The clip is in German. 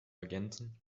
ergänzen